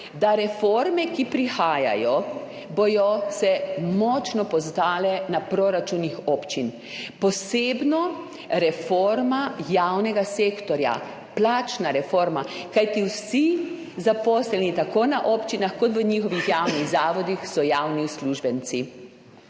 da reforme, ki prihajajo, bodo se močno poznale na proračunih občin, posebno reforma javnega sektorja, plačna reforma, kajti vsi zaposleni tako na občinah kot v njihovih javnih zavodih so javni uslužbenci.